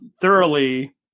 thoroughly